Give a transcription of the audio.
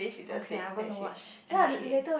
okay I'm going to watch M K